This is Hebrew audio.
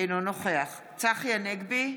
אינו נוכח צחי הנגבי,